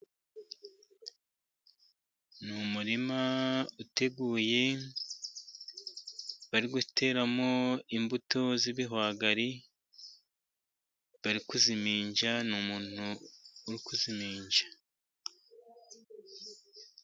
Ni umurima uteguye bari guteramo imbuto z'ibihwagari bari kuziminja, ni umuntu uri kuziminja.